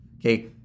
Okay